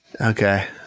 okay